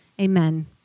Amen